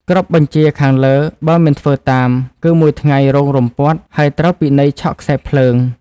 គ្រប់បញ្ជាខាងលើ បើមិនធ្វើតាម គឺមួយថ្ងៃរងរំពាត់ ហើយត្រូវពិន័យឆក់ខ្សែរភ្លើង។